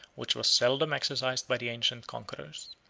which was seldom exercised by the ancient conquerors.